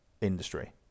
industry